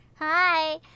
Hi